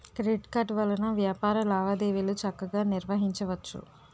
credit card వలన వ్యాపార లావాదేవీలు చక్కగా నిర్వహించవచ్చు